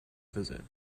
visit